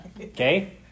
okay